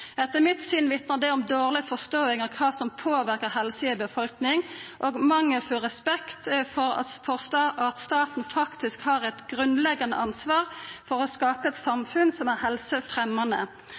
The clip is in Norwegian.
Etter mitt syn vitnar det om dårleg forståing av kva som påverkar helse i ei befolkning, og mangelfull respekt for at staten faktisk har eit grunnleggjande ansvar for å skapa eit